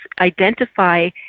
identify